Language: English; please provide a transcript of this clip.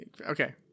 Okay